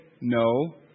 no